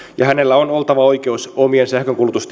oltava oikeus omien sähkönkulutustietojensa saantiin kulutuslukemat